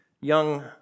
young